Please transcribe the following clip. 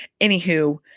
Anywho